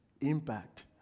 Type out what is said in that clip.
impact